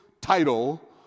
title